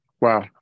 Wow